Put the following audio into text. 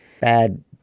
bad